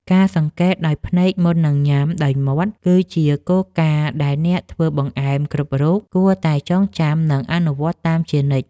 ការសង្កេតដោយភ្នែកមុននឹងញ៉ាំដោយមាត់ គឺជាគោលការណ៍ដែលអ្នកធ្វើបង្អែមគ្រប់រូបគួរតែចងចាំ និងអនុវត្តតាមជានិច្ច។